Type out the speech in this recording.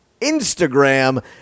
Instagram